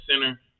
center